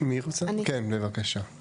כן, בבקשה.